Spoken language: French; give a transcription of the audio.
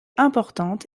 importante